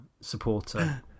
supporter